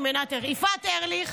יפעת ארליך,